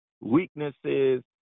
weaknesses